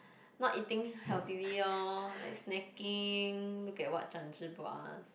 not eating healthily lor like snacking look at what Zhan-Zhi bought us